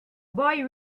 boy